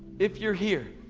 if you're here.